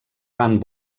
van